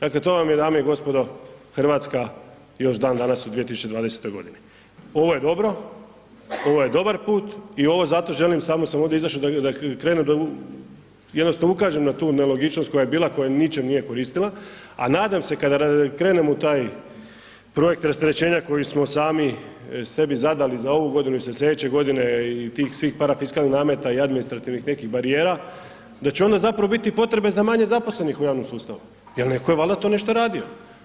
Dakle, to vam je dame i gospodo RH još dan danas u 2020.g. Ovo je dobro, ovo je dobar put i ovo zato želim samo sam ovdje izašo da krenu da jednostavno ukažem na tu nelogičnost koja je bila, koja ničem nije koristila, a nadam se kada krenemo u taj projekt rasterećenja koji smo sami sebi zadali za ovu godinu i za slijedeće godine i tih svih parafiskalnih nameta i administrativnih nekih barijera da će onda zapravo bit i potrebe za manje zaposlenih u javnom sustavu, jel neko je valda to nešto radio.